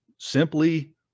Simply